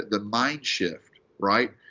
the mind-shift, right?